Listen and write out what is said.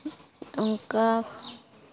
ᱚᱱᱠᱟ